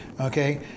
Okay